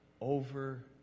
over